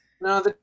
No